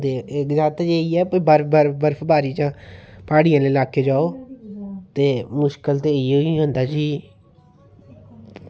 ते एह्दे करी जाइयै बर्फबारी च प्हाड़ी आह्ले लाकै च जाओ ते मुश्कल इयै होंदा कि